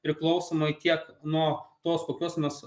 priklausomai tiek nuo tos kokios mes